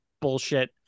bullshit